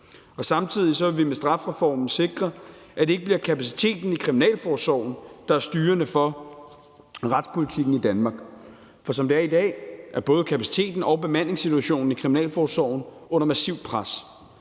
Samtidig vil vi med strafreformen sikre, at det ikke bliver kapaciteten i kriminalforsorgen, der er styrende for retspolitikken i Danmark. For som det er i dag, er både kapaciteten og bemandingssituationen i kriminalforsorgen under massivt pres.